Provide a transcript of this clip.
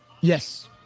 Yes